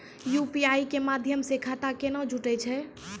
UPI के माध्यम से खाता केना जुटैय छै?